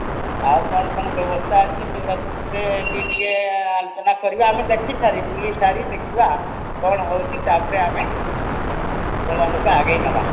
ଆଉ କ'ଣ କ'ଣ ବ୍ୟବସ୍ଥା ଅଛି ସେଗୁଡ଼ାକ ସବୁଥିରେ ଟିକିଏ ଟିକିଏ ଆଲୋଚନା କରିବା ଆମେ ଦେଖିସାରି ବୁଲିସାରି ଦେଖିବା କ'ଣ ହେଉଛି ତା'ପରେ ଆମେ ପ୍ରବନ୍ଧକୁ ଆଗେଇ ନେବା